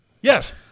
Yes